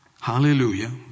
Hallelujah